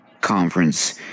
conference